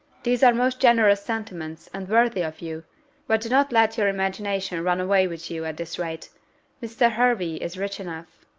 these are most generous sentiments, and worthy of you but do not let your imagination run away with you at this rate mr. hervey is rich enough.